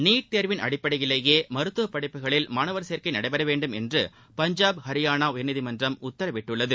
NEET தேர்வின் அடிப்படையிலேயே மருத்துவ படிப்புகளில் மாணவர் சேர்க்கை நடைபெற வேண்டும் என்று பஞ்சாப் ஹரியானா உயர்நீதிமன்றம் உத்தரவிட்டுள்ளது